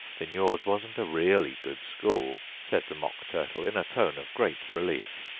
then yours wasn't a really good school said the mock turtle in a tone of great relief.